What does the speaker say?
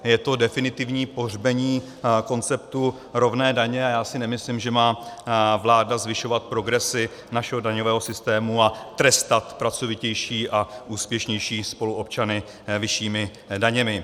Je to definitivní pohřbení konceptu rovné daně a já si nemyslím, že má vláda zvyšovat progresi našeho daňového systému a trestat pracovitější a úspěšnější spoluobčany vyššími daněmi.